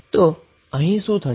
તો હવે શું થશે